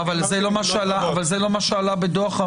לא, אבל זה לא מה שעלה בדוח.